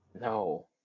No